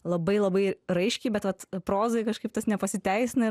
labai labai raiškiai bet vat prozoj kažkaip tas nepasiteisina